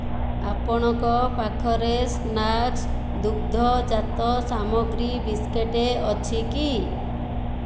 France ଏବଂ Great Britain ମଧ୍ୟରେ ଆନ୍ତର୍ଜାତୀୟ ନିୟମିତ ଭାବରେ ଅନୁଷ୍ଠିତ ହୋଇଥିଲା